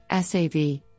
SAV